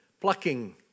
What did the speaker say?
plucking